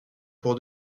pour